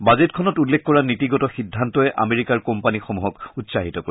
বাজেটখনত উল্লেখ কৰা নীতিগত সিদ্ধান্তই আমেৰিকাৰ কোম্পানীসমূহক উৎসাহিত কৰিব